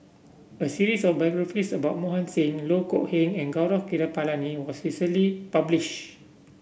a series of biographies about Mohan Singh Loh Kok Heng and Gaurav Kripalani was recently publish